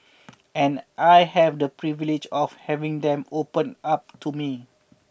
and I have the privilege of having them open up to me